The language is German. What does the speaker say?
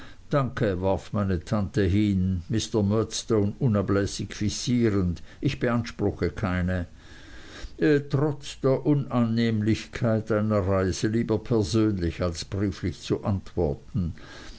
danke warf meine tante hin mr murdstone unablässig fixierend ich beanspruche keine trotz der unannehmlichkeit einer reise lieber persönlich als brieflich zu antworten